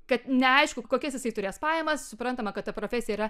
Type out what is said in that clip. kad neaišku kokias jisai turės pajamas suprantama kad ta profesija yra